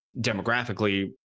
demographically